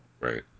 Right